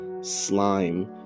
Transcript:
slime